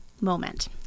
moment